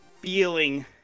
feeling